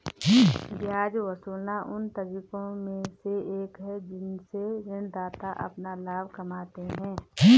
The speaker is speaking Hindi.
ब्याज वसूलना उन तरीकों में से एक है जिनसे ऋणदाता अपना लाभ कमाते हैं